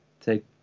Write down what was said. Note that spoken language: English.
take